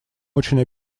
очень